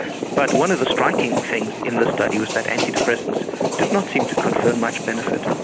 but one of the striking things in this study was that antidepressants did not seem to confer much benefit.